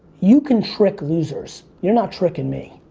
you can trick losers, you're not tricking me.